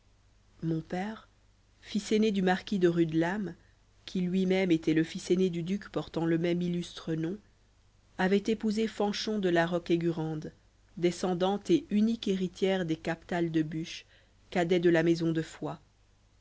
mon père fils aîné du marquis de rudelame qui lui-même était le fils aîné du duc portant le même illustre nom avait épousé fanchon de la roqueaigurande descendante et unique héritière des captals de buch cadets de la maison de foix